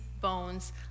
bones